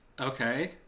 Okay